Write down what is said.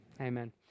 Amen